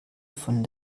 von